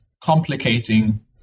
complicating